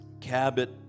Cabot